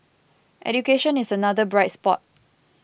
education is another bright spot